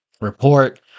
report